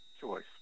choice